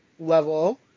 level